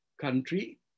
country